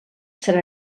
serà